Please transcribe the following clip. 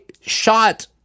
shot